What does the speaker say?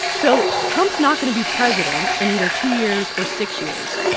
so trump's not going to be president in either two years or six years.